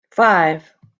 five